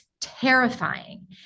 terrifying